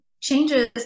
changes